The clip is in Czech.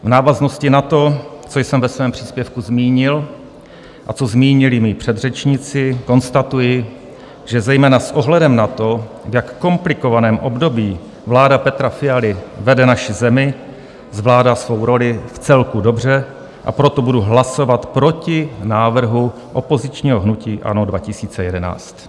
V návaznosti na to, co jsem ve svém příspěvku zmínil a co zmínili mí předřečníci, konstatuji, že zejména s ohledem na to, v jak komplikovaném období vláda Petra Fialy vede naši zemi, zvládá svou roli vcelku dobře, a proto budu hlasovat proti návrhu opozičního hnutí ANO 2011.